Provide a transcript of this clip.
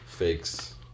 fakes